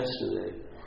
yesterday